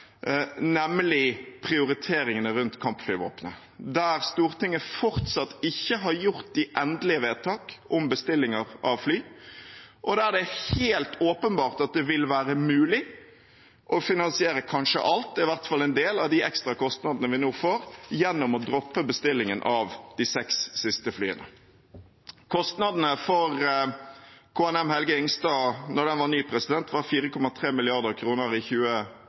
nemlig prioriteringene rundt kampflyvåpenet, der Stortinget fortsatt ikke har gjort de endelige vedtak om bestillinger av fly, og der det er helt åpenbart at det vil være mulig å finansiere kanskje alt, i hvert fall en del, av de ekstra kostnadene vi nå får, gjennom å droppe bestillingen av de seks siste flyene. Kostnadene for KNM «Helge Ingstad» da den var ny, var 4,3 mrd. kr i